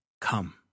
Come